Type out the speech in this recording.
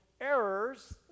errors